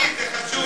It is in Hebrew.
זה מהותי, זה חשוב.